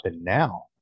now